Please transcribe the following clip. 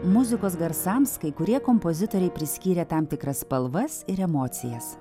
muzikos garsams kai kurie kompozitoriai priskyrė tam tikras spalvas ir emocijas